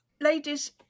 Ladies